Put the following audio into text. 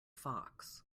fox